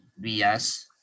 BS